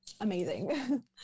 amazing